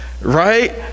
right